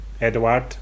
Edward